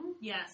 Yes